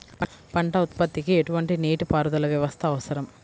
పంట ఉత్పత్తికి ఎటువంటి నీటిపారుదల వ్యవస్థ అవసరం?